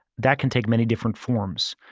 that can take many different forms.